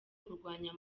kurwanya